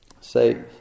say